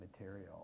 material